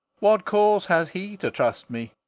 what cause has he to trust me?